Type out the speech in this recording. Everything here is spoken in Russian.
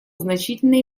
значительной